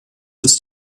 ist